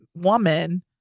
woman